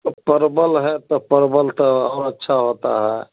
तो परवल है तो परवल त और अच्छा होता है